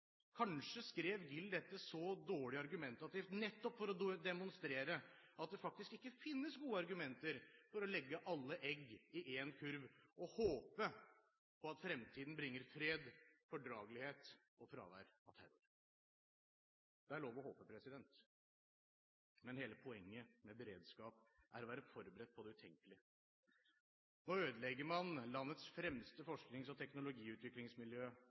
Kanskje skrev GIL dette så dårlig argumentativt nettopp for å demonstrere at det faktisk ikke finnes gode argumenter for å legge alle egg i en kurv og håpe på at fremtiden bringer fred, fordragelighet og fravær av terror. Det er lov å håpe. Men hele poenget med beredskap er å være forberedt på det utenkelige. Nå ødelegger man landets fremste forsknings- og teknologiutviklingsmiljø